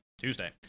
Tuesday